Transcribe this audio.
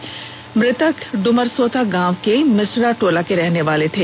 सभी मृतक डुमरसोता गांव के मिश्रा टोला के रहनेवाले थे